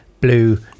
blue